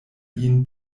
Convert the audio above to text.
ihn